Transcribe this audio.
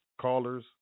callers